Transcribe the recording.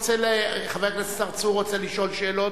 חבר הכנסת צרצור רוצה לשאול שאלות.